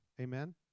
Amen